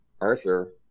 Arthur